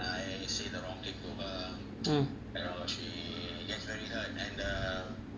mm